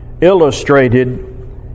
illustrated